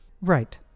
Right